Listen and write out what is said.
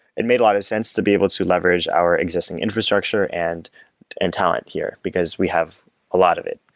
it made a lot of sense to be able to leverage our existing infrastructure and and talent here, because we have a lot of it.